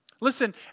Listen